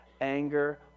anger